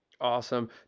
Awesome